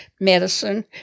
medicine